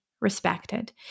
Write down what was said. respected